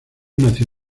nació